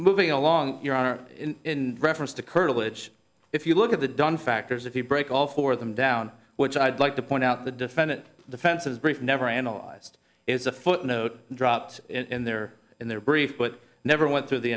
moving along your honor in reference to curtilage if you look at the dunn factors if you break all four of them down which i'd like to point out the defendant defenses brief never analyzed is a footnote dropped in there in their brief but never went through the